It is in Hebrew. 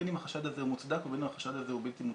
בין אם החשד הזה הוא מוצדק ובין אם החשד הזה הוא בלתי מוצדק.